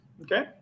Okay